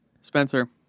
spencer